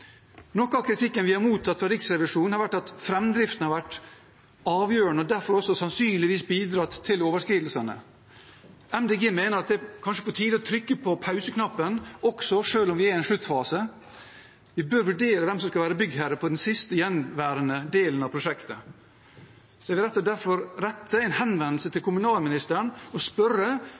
Noe av kritikken vi har mottatt fra Riksrevisjonen, har vært at framdriften har vært avgjørende og derfor også sannsynligvis bidratt til overskridelsene. Miljøpartiet De Grønne mener at det kanskje er på tide å trykke på pauseknappen selv om vi er i en sluttfase. Vi bør vurdere hvem som skal være byggherre på den siste, gjenværende delen av prosjektet. Jeg vil derfor rette en henvendelse til kommunalministeren og spørre